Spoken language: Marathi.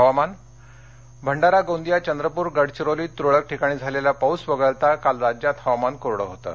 हवामान भंडारा गोंदिया चंद्रपूर गडचिरोलीत तुरळक ठिकाणी झालेला पाऊस क्गळता काल राज्यात हवामान कोरडं होतं